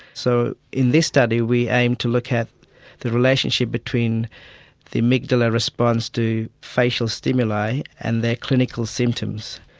so in this study we aim to look at the relationship between the amygdala response to facial stimuli and their clinical symptoms.